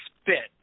spit